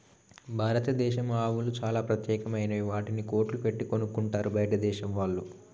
భారతదేశం ఆవులు చాలా ప్రత్యేకమైనవి వాటిని కోట్లు పెట్టి కొనుక్కుంటారు బయటదేశం వాళ్ళు